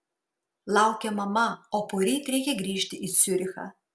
laukia mama o poryt reikia grįžti į ciurichą